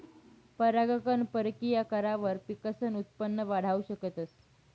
परागकण परकिया करावर पिकसनं उत्पन वाढाऊ शकतस